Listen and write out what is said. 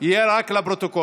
הוא יהיה רק לפרוטוקול.